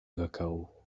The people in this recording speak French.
vaccaro